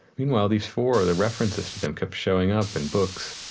meanwhile these four, the references to them kept showing up in books.